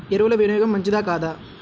ఎరువుల వినియోగం మంచిదా కాదా?